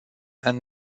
and